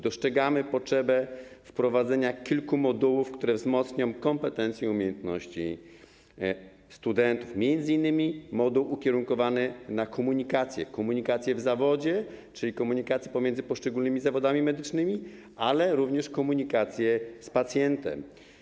Dostrzegamy potrzebę wprowadzenia kilku modułów, które wzmocnią kompetencje i umiejętności studentów, m.in. moduł ukierunkowany na komunikację, komunikację w zawodzie, czyli komunikację pomiędzy poszczególnymi zawodami medycznymi, ale również komunikację z pacjentem.